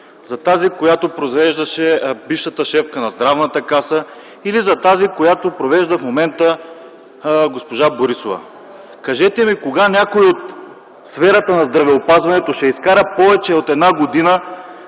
за тази, която провеждаше бившата шефка на Здравната каса, или за тази, която провежда в момента госпожа Борисова? Кажете ми кога някой от сферата на здравеопазването ще изкара повече от една година